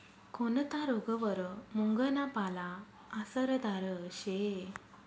कोनता रोगवर मुंगना पाला आसरदार शे